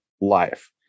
life